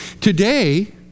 Today